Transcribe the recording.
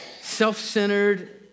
self-centered